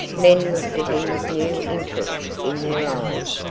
men looked at him with new interest in their eyes,